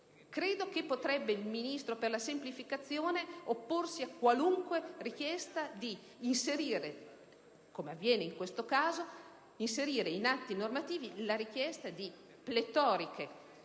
Credo che il Ministro per la semplificazione potrebbe opporsi a qualunque richiesta di inserire, come avviene in questo caso, in atti normativi la richiesta di pletoriche